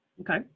Okay